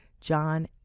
John